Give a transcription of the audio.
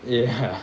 ya